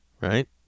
right